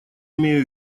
имею